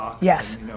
yes